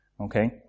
okay